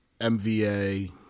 MVA